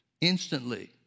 Instantly